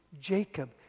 Jacob